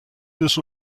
des